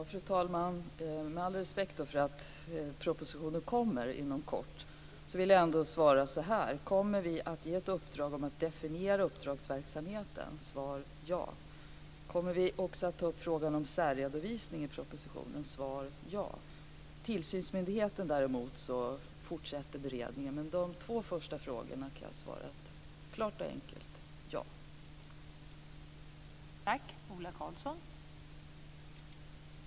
Fru talman! Med all respekt för att propositionen kommer inom kort vill jag ändå svara här. Kommer vi att ge ett uppdrag om ett definiera uppdragsverksamheten? Där är svaret ja. Kommer vi också att ta upp frågan om särredovisning i propositionen? Även där är svaret ja. När det gäller tillsynsmyndigheten vill jag säga att beredningen fortsätter. Men på de två första frågorna kan jag svara ett klart och enkelt ja.